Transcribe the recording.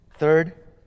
Third